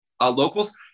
Locals